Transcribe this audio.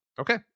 Okay